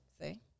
see